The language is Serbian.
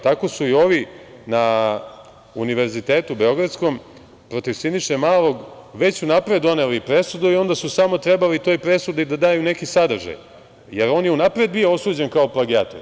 Tako su i ovi na Univerzitetu beogradskom protiv Siniše Malog već unapred doneli presudu i onda su samo trebali toj presudi da daju neki sadržaj jer on je unapred bio osuđen kao plagijator.